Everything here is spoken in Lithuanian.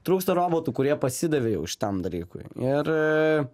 trūksta robotų kurie pasidavė jau šitam dalykui ir